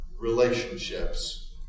relationships